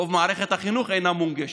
רוב מערכת החינוך אינה מונגשת.